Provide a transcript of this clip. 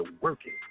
working